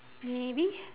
maybe